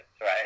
right